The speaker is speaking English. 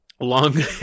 Long